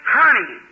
honey